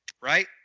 right